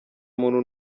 muntu